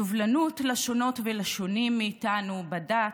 סובלנות לשונות ולשונים מאיתנו בדת,